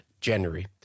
January